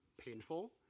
painful